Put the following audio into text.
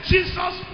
Jesus